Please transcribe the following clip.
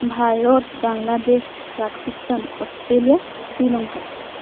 Bharat Bangladesh Pakistan Australia Sri Lanka